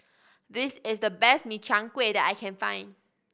this is the best Min Chiang Kueh that I can find